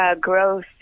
growth